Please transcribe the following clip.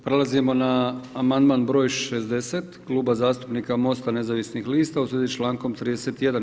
Prelazimo na amandman broj 60 Kluba zastupnika Mosta nezavisnih lista u svezi s člankom 31.